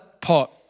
pot